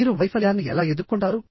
మీరు వైఫల్యాన్ని ఎలా ఎదుర్కొంటారు